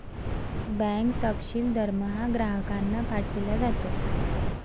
bank तपशील दरमहा ग्राहकांना पाठविला जातो